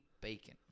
bacon